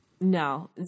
No